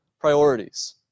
priorities